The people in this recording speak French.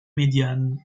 médiane